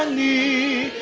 um the